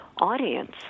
audience